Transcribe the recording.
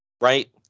Right